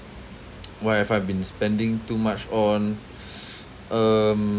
what have I been spending too much on um mm~